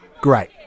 great